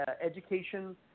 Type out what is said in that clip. education